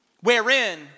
wherein